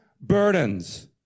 burdens